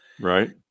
Right